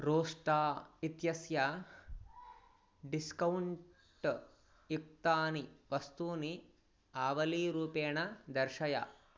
रोस्टा इत्यस्य डिस्कौण्ट् युक्तानि वस्तूनि आवलीरूपेण दर्शय